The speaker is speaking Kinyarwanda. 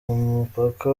mupaka